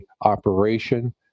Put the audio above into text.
operation